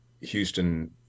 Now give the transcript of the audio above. Houston